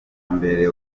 mbere